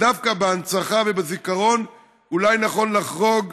אבל דווקא בהנצחה ובזיכרון אולי נכון לחרוג,